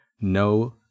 no